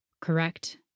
Correct